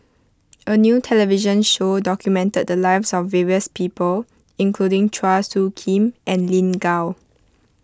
a new television show documented the lives of various people including Chua Soo Khim and Lin Gao